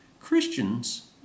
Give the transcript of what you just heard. Christians